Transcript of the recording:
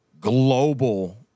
global